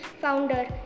founder